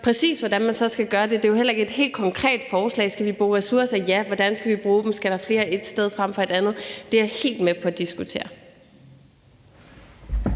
til hvordan man præcis skal gøre det, er det jo ikke et helt konkret forslag. Skal vi bruge ressourcer? Ja. Hvordan skal vi bruge dem? Skal der flere et sted frem for et andet? Det er jeg helt med på at diskutere.